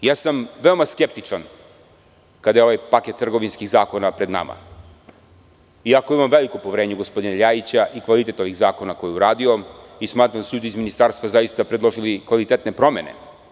Naravno, veoma sam skeptičan kada je ovaj paket trgovinskih zakona pred nama iako imam veliko poverenje u gospodina Ljajića i kvalitet ovih zakona koje je uradio i smatram da su ljudi iz ministarstva zaista predložili kvalitetne promene.